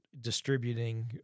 distributing